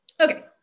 Okay